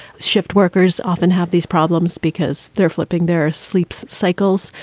shift workers often have these problems because they're flipping their sleep cycles.